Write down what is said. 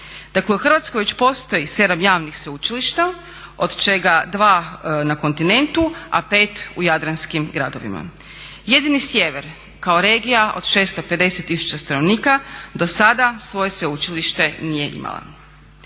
Dakle u Hrvatskoj već postoji sedam javnih sveučilišta od čega dva na kontinentu a pet u jadranskim gradovima. Jedni sjever kao regija od 650 tisuća stanovnika dosada svoje sveučilište nije imala.